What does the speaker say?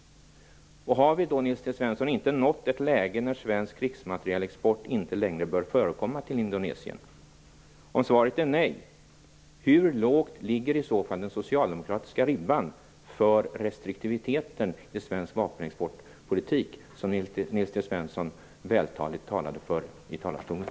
Har vi då inte nått ett läge när svensk krigsmaterielexport till Indonesien inte längre bör förekomma? Om svaret är nej - hur lågt ligger i så fall den socialdemokratiska ribban för restriktiviteten i svensk vapenexportpolitik som Nils T Svensson vältaligt talade för i talarstolen?